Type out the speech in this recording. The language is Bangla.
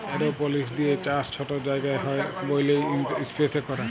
এরওপলিক্স দিঁয়ে চাষ ছট জায়গায় হ্যয় ব্যইলে ইস্পেসে ক্যরে